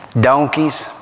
donkeys